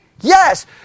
Yes